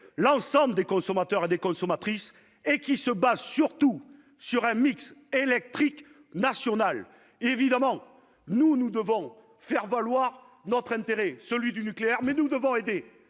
l'ensemble des consommateurs et des consommatrices et qui, surtout, repose sur un mix électrique national. Nous devons faire valoir notre intérêt, celui du nucléaire, mais nous devons aussi